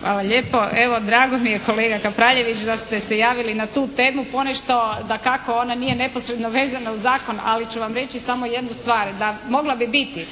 Hvala lijepo. Evo, drago mi je kolega Kapraljević da ste se javili na tu temu. Ponešto dakako ona nije neposredno vezana uz zakon. Ali ću vam reći samo jednu stvar, da mogla bi biti.